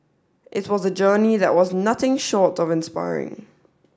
it was a journey that was nothing short of inspiring